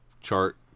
chart